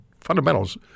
fundamentals